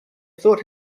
thought